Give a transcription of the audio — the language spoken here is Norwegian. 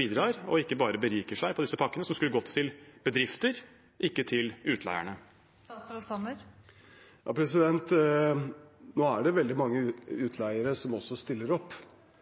bidrar og ikke bare beriker seg på disse pakkene, som skulle gått til bedrifter og ikke til utleierne? Nå er det veldig mange